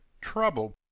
trouble